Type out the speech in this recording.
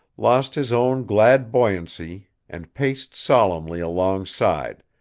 lost his own glad buoyancy and paced solemnly alongside,